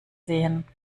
sehen